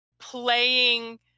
playing